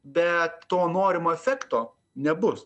bet to norimo efekto nebus